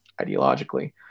ideologically